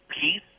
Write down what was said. peace